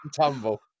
Tumble